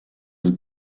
deux